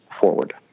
forward